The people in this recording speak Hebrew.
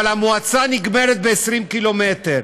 אבל המועצה נגמרת ב-20 קילומטר.